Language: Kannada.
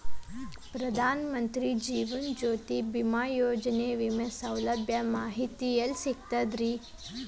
ಪ್ರಧಾನ ಮಂತ್ರಿ ಜೇವನ ಜ್ಯೋತಿ ಭೇಮಾಯೋಜನೆ ವಿಮೆ ಸೌಲಭ್ಯದ ಮಾಹಿತಿ ಎಲ್ಲಿ ಸಿಗತೈತ್ರಿ?